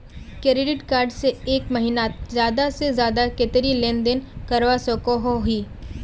Credit card से एक महीनात ज्यादा से ज्यादा कतेरी लेन देन करवा सकोहो ही?